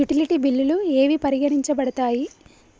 Utility బిల్లులు ఏవి పరిగణించబడతాయి?